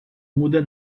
muda